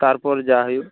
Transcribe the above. ᱛᱟᱨᱯᱚᱨ ᱡᱟᱦᱟ ᱦᱩᱭᱩᱜ ᱟ